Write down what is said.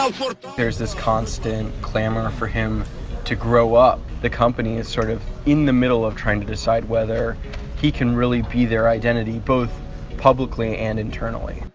um there's this constant clamor for him to grow up. the company is sort of in the middle of trying to decide whether he can really be their identity both publicly and internally.